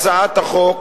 הצעת החוק,